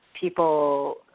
people